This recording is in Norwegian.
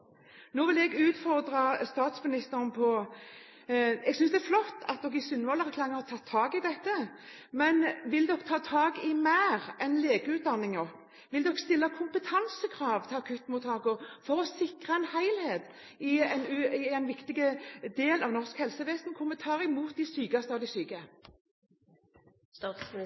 Nå vil jeg utfordre statsministeren: Jeg synes det er flott at man i Sundvolden-erklæringen har tatt tak i dette, men vil man ta tak i mer enn legeutdanninger? Vil man stille kompetansekrav til akuttmottakene for å sikre en helhet i en viktig del av helsevesenet hvor man tar imot de sykeste av de